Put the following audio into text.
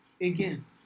again